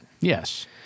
Yes